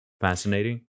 fascinating